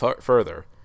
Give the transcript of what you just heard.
further